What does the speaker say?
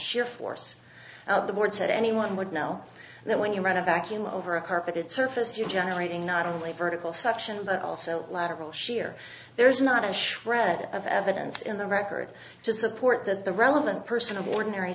sheer force of the words that anyone would know that when you run a vacuum over a carpeted surface you're generating not only vertical suction but also lateral shear there is not a shred of evidence in the record to support that the relevant person of ordinary